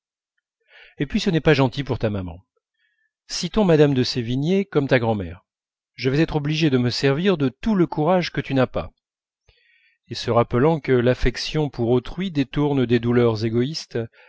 et puis ce n'est pas gentil pour ta maman citons madame de sévigné comme ta grand'mère je vais être obligée de me servir de tout le courage que tu n'as pas et se rappelant que l'affection pour autrui détourne des douleurs égoïstes